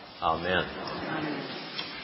Amen